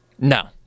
No